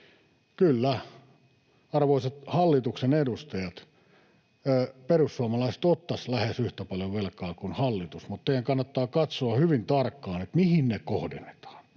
Kyllä, arvoisat hallituksen edustajat, perussuomalaiset ottaisivat lähes yhtä paljon velkaa kuin hallitus, mutta teidän kannattaa katsoa hyvin tarkkaan, mihin ne kohdennetaan: